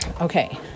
Okay